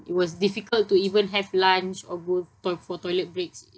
it was difficult to even have lunch or go toi~ for toilet breaks